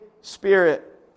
Spirit